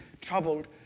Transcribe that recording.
troubled